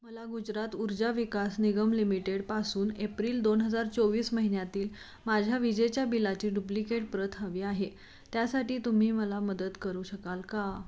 मला गुजरात ऊर्जा विकास निगम लिमिटेडपासून एप्रिल दोन हजार चोवीस महिन्यातील माझ्या विजेच्या बिलाची डुप्लिकेट प्रत हवी आहे त्यासाठी तुम्ही मला मदत करू शकाल का